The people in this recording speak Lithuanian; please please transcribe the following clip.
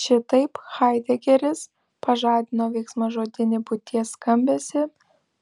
šitaip haidegeris pažadino veiksmažodinį būties skambesį